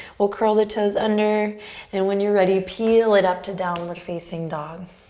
we'll curl the toes under and when you're ready, peel it up to downward facing dog.